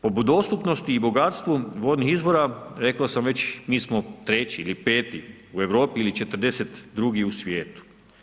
Pod dostupnosti i bogatstvu vodnih izvora rekao sam već mi smo treći ili peti u Europi ili 42 u svijetu.